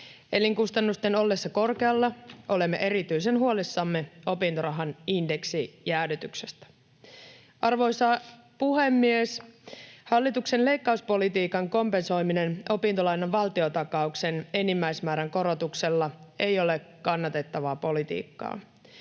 Elinkustannusten ollessa korkealla olemme erityisen huolissamme opintorahan indeksijäädytyksestä. Arvoisa puhemies! Hallituksen leikkauspolitiikan kompensoiminen opintolainan valtiontakauksen enimmäismäärän korotuksella ei ole kannatettavaa politiikkaa.